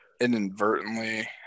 inadvertently